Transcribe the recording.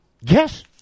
Yes